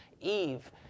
Eve